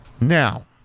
Now